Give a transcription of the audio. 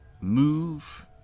move